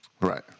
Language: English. Right